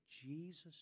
Jesus